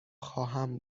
خواهم